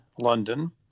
London